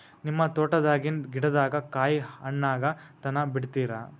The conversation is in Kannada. ನಿಮ್ಮ ತೋಟದಾಗಿನ್ ಗಿಡದಾಗ ಕಾಯಿ ಹಣ್ಣಾಗ ತನಾ ಬಿಡತೀರ?